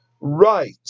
Right